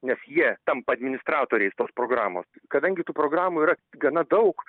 nes jie tampa administratoriais tos programo kadangi tų programų yra gana daug